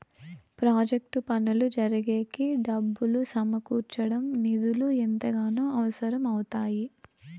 project పనులు జరిగేకి డబ్బులు సమకూర్చడం నిధులు ఎంతగానో అవసరం అవుతాయి